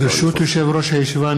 ברשות יושב-ראש הישיבה,